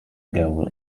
goal